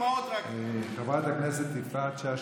חברת הכנסת יפעת שאשא ביטון.